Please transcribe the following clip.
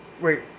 wait